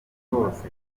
hose